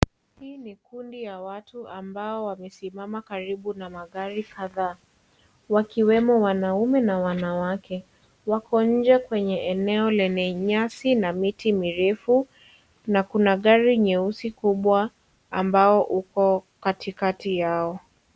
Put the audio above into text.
Hili ni kundi la watu ambao wamesimama karibu na magari kadhaa wakiwemo wanaume na wanawake. Wako nje kwenye eneo lenye nyasi na miti mirefu na kuna gari nyeusi kubwa ambalo liko katikati yao.